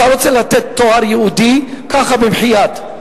אתה רוצה לתת תואר "יהודי" כך, במחי יד.